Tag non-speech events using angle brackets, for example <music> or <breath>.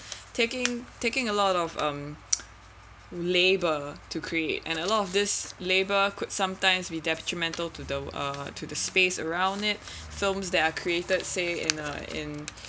taking taking a lot of um <noise> labour to create and a lot of this labour could sometimes be detrimental to those uh to the space around it films that are created say in a in <breath>